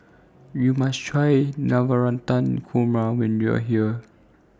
YOU must Try Navratan Korma when YOU Are here